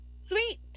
Sweet